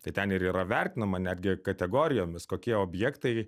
tai ten ir yra vertinama netgi kategorijomis kokie objektai